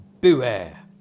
beware